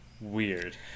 weird